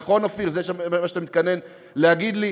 נכון, אופיר, זה מה שאתה מתכנן להגיד לי?